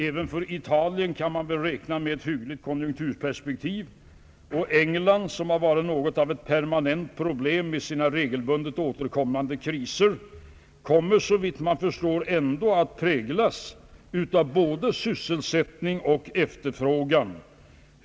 Även för Italien kan vi väl räkna med ett hyggligt konjunkturperspektiv. England, som väl haft permanenta problem med sina regelbundet återkommande kriser, kommer, såvitt jag förstår, ändå att präglas av både ökad sysselsättning och efterfrågan.